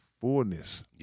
fullness